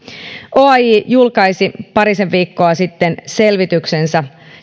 oaj julkaisi parisen viikkoa sitten selvityksensä